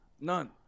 None